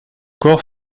corps